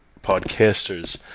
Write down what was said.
podcasters